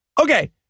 Okay